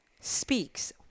speaks